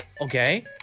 Okay